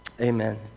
amen